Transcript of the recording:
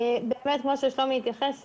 באמת כמו ששלומי התייחס,